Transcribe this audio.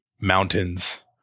mountains